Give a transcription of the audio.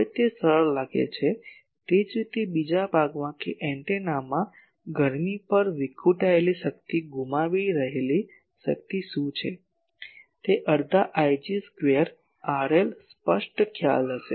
હવે તે સરળ લાગે છે તે જ રીતે બીજા ભાગમાં કે એન્ટેનામાં ગરમી પર વિખુટેલી શક્તિ ગુમાવી રહેલી શક્તિ શું છે તે અડધા Ig સ્ક્વેર RL સ્પષ્ટ ખ્યાલ હશે